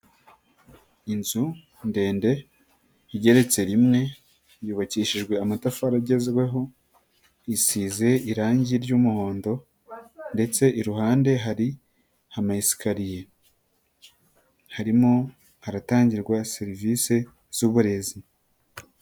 Inzu ndende igeretse rimwe yubakishijwe amatafari agezweho, isize irangi ry'umuhondo ndetse iruhande hari ama eskariye harimo hatangirwa serivisi z uburezi.